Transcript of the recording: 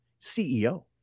CEO